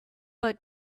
but